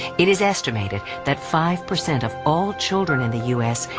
it is estimated that five percent of all children in the u s.